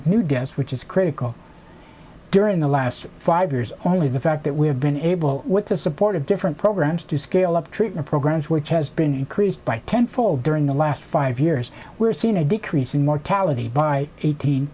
new guest which is critical during the last five years only the fact that we have been able with the support of different programs to scale up treatment programs which has been increased by ten fold during the last five years we're seeing a decrease in mortality by eighteen